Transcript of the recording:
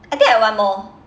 I think I have one more